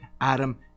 Adam